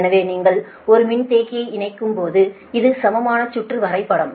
எனவே நீங்கள் ஒரு மின்தேக்கியை இணைக்கும்போது இது சமமான சுற்று வரைபடம்